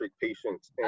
patients